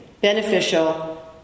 beneficial